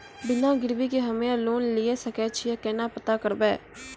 बिना गिरवी के हम्मय लोन लिये सके छियै केना पता करबै?